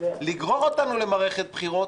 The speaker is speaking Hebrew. לגרור אותנו למערכת בחירות,